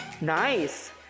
Nice